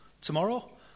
Tomorrow